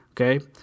okay